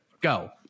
Go